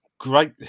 Great